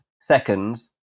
seconds